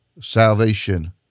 salvation